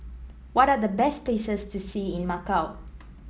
what are the best places to see in Macau